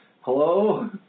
hello